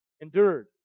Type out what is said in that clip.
endured